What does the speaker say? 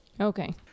Okay